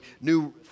new